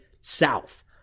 south